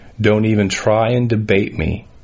don't-even-try-and-debate-me